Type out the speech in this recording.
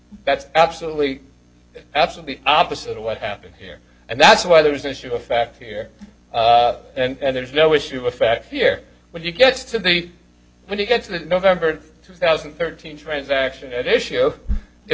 that's absolutely absolutely opposite of what happened here and that's why there's an issue of facts here and there is no issue with facts here when you get to the when you get to that november two thousand and thirteen transaction at issue if